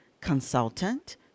consultant